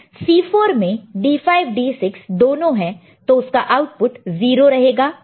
C4 में D5 D6 दोनों हैं तो उसका आउटपुट 0 रहेगा